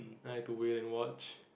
and I have to wait them watch